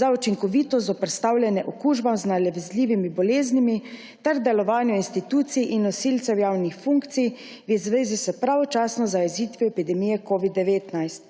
za učinkovito zoperstavljanje okužbam z nalezljivimi boleznimi ter delovanju institucij in nosilcev javnih funkcij v zvezi s pravočasno zajezitvijo epidemije COVID-19